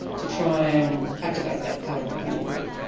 to try and activate that part of the community.